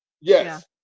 Yes